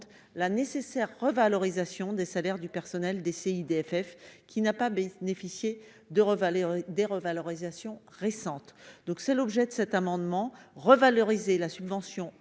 la nécessaire revalorisation des salaires du personnel des CIDF qui n'a pas baisse des fichiers d'des revalorisations récentes, donc c'est l'objet de cet amendement revaloriser la subvention allouée